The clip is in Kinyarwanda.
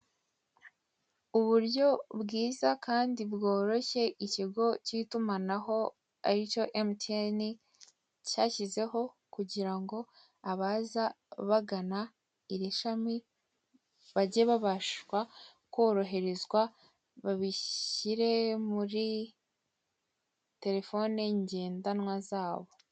Uburyo bwiza Kandi bworoshye ikigo k'itumanaho aricyo emutiyeni cyashyizeho kugirango abaza bagana iri shami bage babashwa koroherezwa babishyire muri telefone ngendanwa zabo.